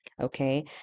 okay